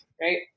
right